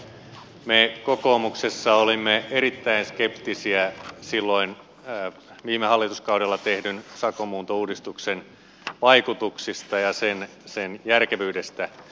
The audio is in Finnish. me kokoomuksessa olimme erittäin skeptisiä silloin viime hallituskaudella tehdyn sakonmuuntouudistuksen vaikutuksista ja sen järkevyydestä